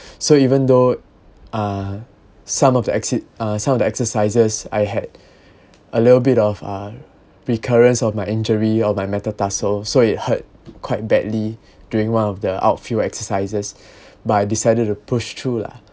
so even though uh some of the exit uh some of the exercises I had a little bit of uh recurrence of my injury or my metatarsal so it hurt quite badly during one of the outfield exercises but I decided to push through lah